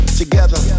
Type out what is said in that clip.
together